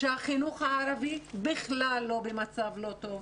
שהחינוך הערבי בכלל לא במצב טוב,